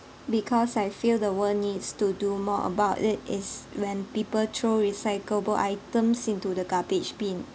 because I feel the world needs to do more about it is when people throw recyclable items into the garbage bin